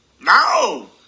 No